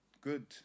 good